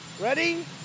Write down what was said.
Ready